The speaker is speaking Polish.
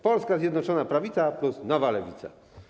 Polska Zjednoczona Prawica plus nowa Lewica.